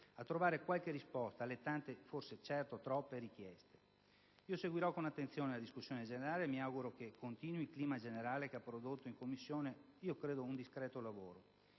insieme qualche risposta alle tante, forse troppe, richieste. Seguirò con attenzione la discussione generale e mi auguro che continui il clima generale che credo abbia prodotto in Commissione un discreto lavoro.